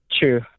True